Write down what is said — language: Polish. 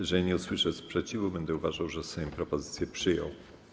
Jeżeli nie usłyszę sprzeciwu, będę uważał, że Sejm propozycje przyjął.